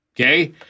Okay